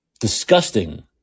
disgusting